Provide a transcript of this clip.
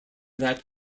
that